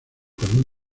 con